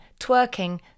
twerking